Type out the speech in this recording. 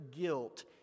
guilt